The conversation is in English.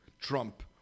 Trump